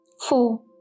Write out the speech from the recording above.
Four